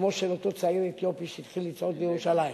שמו של אותו צעיר אתיופי שהתחיל לצעוד לירושלים.